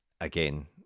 again